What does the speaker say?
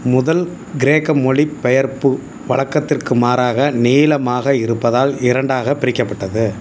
முதல் கிரேக்க மொழிபெயர்ப்பு வழக்கத்திற்கு மாறாக நீளமாக இருப்பதால் இரண்டாகப் பிரிக்கப்பட்டது